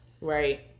Right